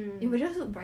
but she got